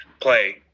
play